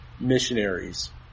missionaries